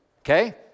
okay